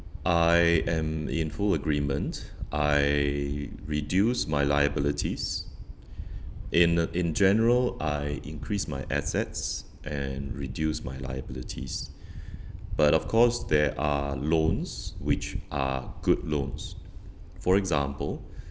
I am in full agreement I reduce my liabilities in in general I increase my assets and reduce my liabilities but of course there are loans which are good loans for example